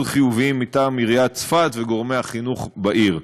חיוביים מטעם עיריית צפת וגורמי החינוך בעיר.